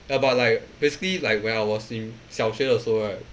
ya but like basically like when I was in 小学的时候 right